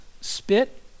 spit